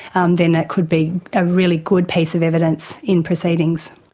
um then that could be a really good piece of evidence in proceedings.